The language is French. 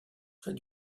près